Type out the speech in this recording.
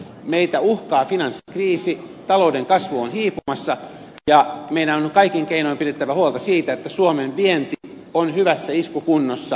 meitä uhkaa finanssikriisi talouden kasvu on hiipumassa ja meidän on kaikin keinoin pidettävä huolta siitä että suomen vienti on hyvässä iskukunnossa